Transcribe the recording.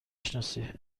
شناسی